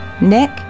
Nick